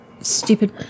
Stupid